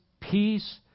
peace